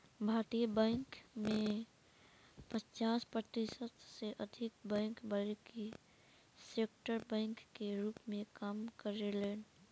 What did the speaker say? भारतीय बैंक में पचास प्रतिशत से अधिक बैंक पब्लिक सेक्टर बैंक के रूप में काम करेलेन